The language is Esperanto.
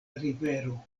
rivero